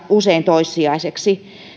usein toissijaisiksi